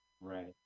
Right